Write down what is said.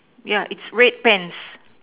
yeah it's red pants